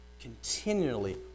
continually